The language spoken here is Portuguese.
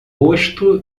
rosto